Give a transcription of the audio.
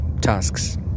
tasks